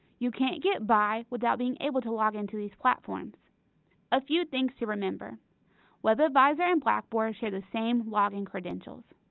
you can't get by without being able to log into these platforms a few things to remember webadvisor and blackboard share the same login credentials.